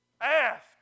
Ask